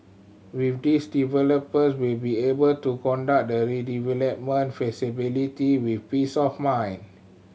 with this developer will be able to conduct the redevelopment feasibility with peace of mind